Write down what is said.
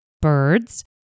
birds